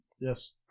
Yes